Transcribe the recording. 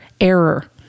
error